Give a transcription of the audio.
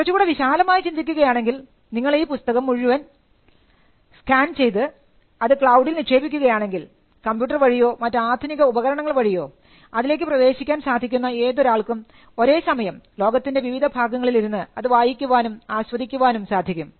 കുറച്ചുകൂടെ വിശാലമായി ചിന്തിക്കുകയാണെങ്കിൽ നിങ്ങൾ ഈ പുസ്തകം മുഴുവനായി സ്കാൻ ചെയ്ത് അത് ക്ലൌഡിൽ നിക്ഷേപിക്കുകയാണെങ്കിൽ കമ്പ്യൂട്ടർ വഴിയോ മറ്റ് ആധുനിക ഉപകരണങ്ങൾ വഴിയോ അതിലേക്ക് പ്രവേശിക്കാൻ സാധിക്കുന്ന ഏതൊരാൾക്കും ഒരേസമയം ലോകത്തിൻറെ വിവിധഭാഗങ്ങളിൽ ഇരുന്ന് അത് വായിക്കാനും ആസ്വദിക്കാനും സാധിക്കും